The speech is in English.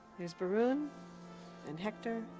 there's barun and hector